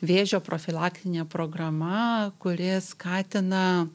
vėžio profilaktinė programa kuri skatina